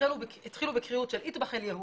התחילו בקריאות של "איטבאח אל יהוד"